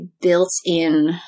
built-in